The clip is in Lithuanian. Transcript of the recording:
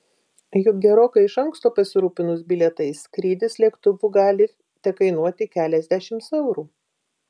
juk gerokai iš anksto pasirūpinus bilietais skrydis lėktuvu gali tekainuoti keliasdešimt eurų